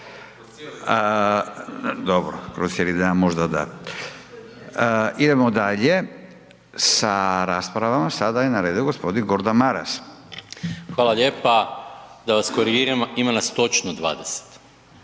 Dobro. Kroz cijeli dan možda da. Idemo dalje sa raspravom. Sada je na redu gospodin Gordan Maras. **Maras, Gordan (SDP)** Hvala lijepa. Da vas korigiram, ima nas točno 20.